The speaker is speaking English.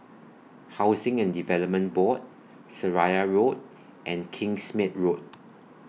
Housing and Development Board Seraya Road and Kingsmead Road